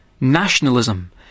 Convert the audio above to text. nationalism